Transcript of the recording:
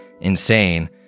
insane